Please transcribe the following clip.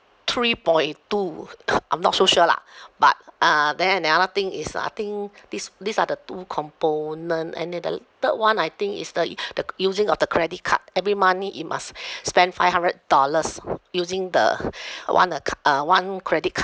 three point two I'm not so sure lah but uh then the other thing is uh I think these these are the two component and then the l~ third one I think is the the using of the credit card every money it must spend five hundred dollars using the one the ca~ uh one credit card